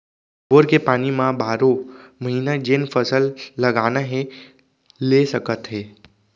bore के पानी म बारो महिना जेन फसल लगाना हे ले सकत हे